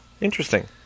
interesting